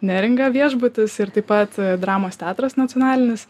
neringa viešbutis ir taip pat dramos teatras nacionalinis